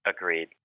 Agreed